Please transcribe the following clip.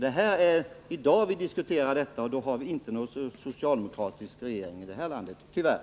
Det är alltså dagens problem vi diskuterar, och i dag har vi ingen socialdemokratisk regering i det här landet — tyvärr.